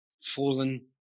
fallen